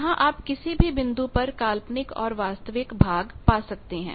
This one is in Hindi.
यहाँ आप किसी भी बिंदु पर काल्पनिक और वास्तविक भाग पा सकते हैं